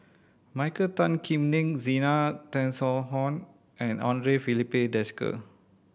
Michael Tan Kim Nei Zena Tessensohn and Andre Filipe Desker